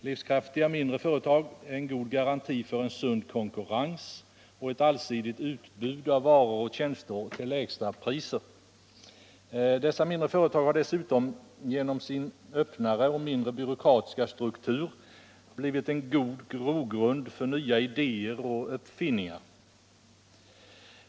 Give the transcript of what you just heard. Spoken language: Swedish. Livskraftiga mindre företag är en god garanti för en sund konkurrens och ett allsidigt utbud av varor och tjänster till lägsta priser. Dessa mindre företag har dessutom genom sin öppnare och mindre byråkratiska struktur blivit en god grogrund för nya idéer och uppfinningar.